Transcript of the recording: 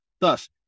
Thus